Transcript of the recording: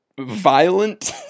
violent